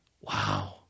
Wow